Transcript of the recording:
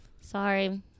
Sorry